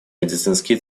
медицинские